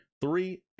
three